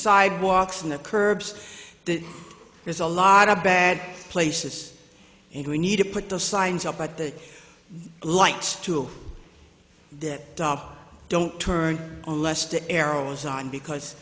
sidewalks and the curbs that there's a lot of bad places and we need to put the signs up but the lights to that don't turn unless the arrows on because